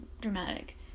dramatic